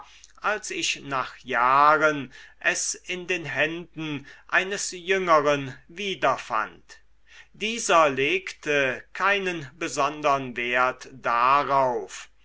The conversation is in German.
als ich nach jahren es in den händen eines jüngeren wiederfand dieser legte keinen besondern wert darauf